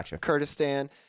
Kurdistan